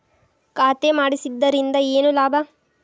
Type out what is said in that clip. ಖಾತೆ ಮಾಡಿಸಿದ್ದರಿಂದ ಏನು ಲಾಭ?